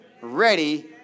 ready